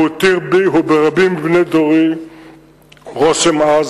הוא הותיר בי וברבים מבני דורי רושם עז